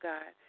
God